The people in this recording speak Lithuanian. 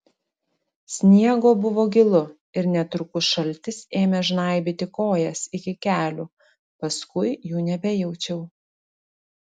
sniego buvo gilu ir netrukus šaltis ėmė žnaibyti kojas iki kelių paskui jų nebejaučiau